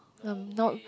I'm not